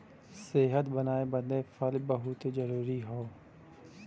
सेहत बनाए बदे फल बहुते जरूरी हौ